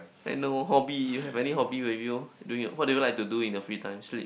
I know hobby you have any hobby with you doing what do you like to do in your free time sleep